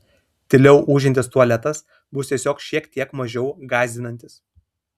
tyliau ūžiantis tualetas bus tiesiog šiek tiek mažiau gąsdinantis